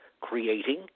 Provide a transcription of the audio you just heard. creating